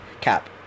Cap